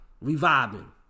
Reviving